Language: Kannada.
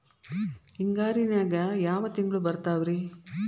ಹಿಂಗಾರಿನ್ಯಾಗ ಯಾವ ತಿಂಗ್ಳು ಬರ್ತಾವ ರಿ?